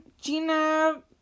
Gina